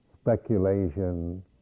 speculation